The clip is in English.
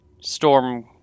Storm